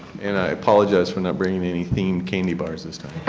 and i apologize for not bringing any candy bars this time.